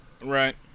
Right